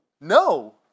No